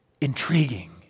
intriguing